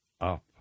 up